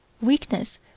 Weakness